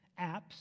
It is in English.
apps